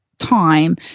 time